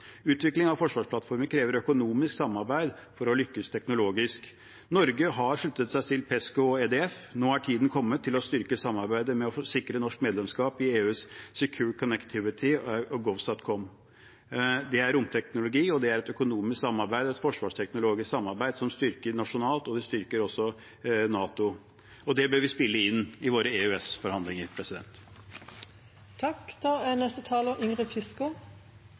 Utvikling av forsvarsplattformer krever økonomisk samarbeid for å lykkes teknologisk. Norge har sluttet seg til PESCO og EDF. Nå er tiden kommet til å styrke samarbeidet ved å sikre norsk medlemskap i EUs Secure Connectivity og GOVSATCOM. Det er romteknologi, og det er et økonomisk og forsvarsteknologisk samarbeid som styrker oss nasjonalt. Det styrker også NATO. Det bør vi spille inn i våre EØS-forhandlinger. Ukrainas fridomskamp mot russisk aggresjon har òg gjort at suverenitet igjen er